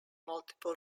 multiple